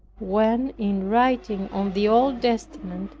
when, in writing on the old testament,